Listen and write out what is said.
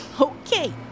Okay